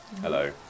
Hello